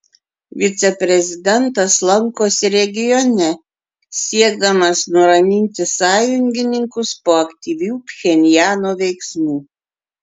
viceprezidentas lankosi regione siekdamas nuraminti sąjungininkus po aktyvių pchenjano veiksmų